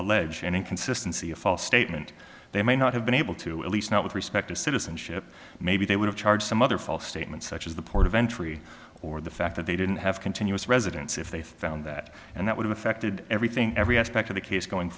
allege an inconsistency a false statement they may not have been able to at least not with respect to citizenship maybe they would have charged some other false statements such as the port of entry or the fact that they didn't have continuous residence if they found that and that would have affected everything every aspect of the case going